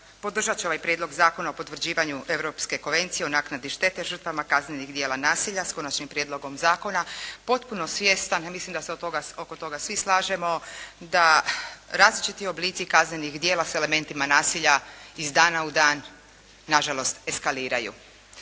podržat će ovaj Prijedlog Zakona o potvrđivanju Europske konvencije o naknadi štete žrtvama kaznenih djela nasilja s konačnim prijedlogom zakona, potpuno svjestan, ja mislim da se oko toga svi slažemo da različiti oblici kaznenih djela s elementima nasilja iz dana u dan nažalost eskaliraju.